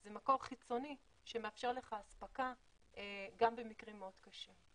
זה מקור חיצוני שמאפשר לך אספקה גם במקרים מאוד קשים.